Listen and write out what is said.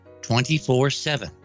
24-7